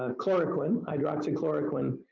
ah chloroquine, hydroxychloroquine